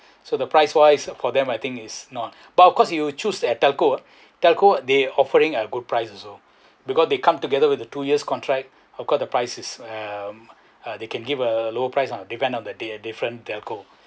so the price wise for them I think is not but of course you choose at telco ah telco they offering a good price also because they come together with the two years contract of course the price is um they can give a lower price ah depends on the di~ different telco